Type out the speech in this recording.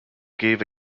gave